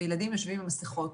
והילדים יושבים עם מסכות.